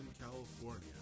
California